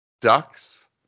ducks